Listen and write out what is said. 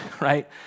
right